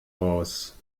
raus